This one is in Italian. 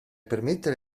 permettere